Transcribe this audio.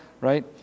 right